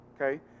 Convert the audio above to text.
okay